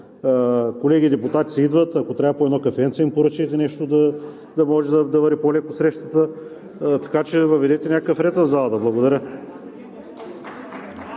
Колеги депутати си идват, ако трябва по едно кафенце им поръчайте, за да може да върви по-леко срещата, така че въведете някакъв ред в залата. Благодаря.